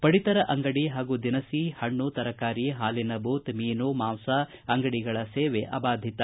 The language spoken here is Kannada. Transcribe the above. ಪಡಿತರ ಅಂಗಡಿ ಹಾಗೂ ದಿನಸಿ ಪಣ್ಣ ತರಕಾರಿ ಹಾಲಿನ ಬೂತ್ ಮೀನು ಮಾಂಸ ಪಶು ಅಂಗಡಿಗಳ ಸೇವೆ ಅಬಾಧಿತ